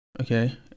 okay